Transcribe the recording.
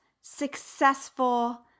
successful